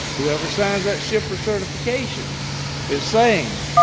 whoever signs that shipper certification is saying,